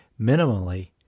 minimally